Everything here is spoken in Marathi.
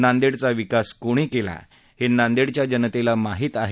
नांदेडचा विकास कोणी केला हे नांदेडच्या जनतेला माहित आहे